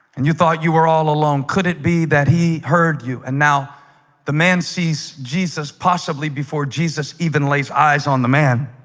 and you thought you were all alone could it be that he heard you and now the man sees jesus possibly before jesus even lays eyes on the man